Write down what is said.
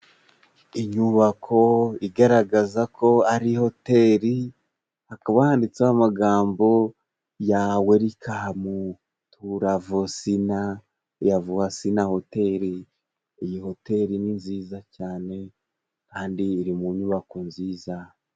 Inyubako igaragaza ko ari hoteli, hakaba handitseho amagambo ya werikamu tu ravuwazina hoteli. Iyi hoteli ni nziza cyane kandi iri mu nyubako nziza.